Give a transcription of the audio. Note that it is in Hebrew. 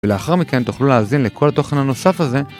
ולאחר מכן תוכלו להאזין לכל התוכן הנוסף הזה